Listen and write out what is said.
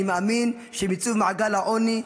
אני מאמין שהם יצאו ממעגל העוני,